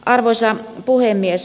arvoisa puhemies